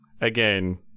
again